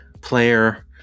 player